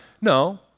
No